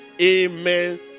Amen